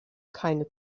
keine